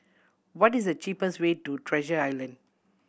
what is the cheapest way to Treasure Island